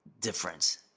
difference